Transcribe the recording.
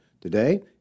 Today